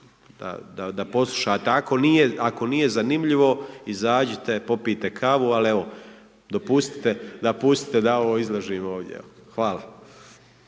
da poslušate, ako nije zanimljivo izađite, popijte kavu, ali evo dopustite da ovo izložim ovdje. Hvala.